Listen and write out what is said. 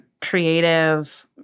creative